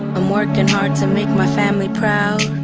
i'm working hard to make my family proud.